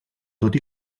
tot